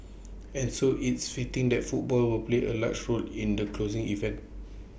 and so it's fitting that football will play A large role in the closing event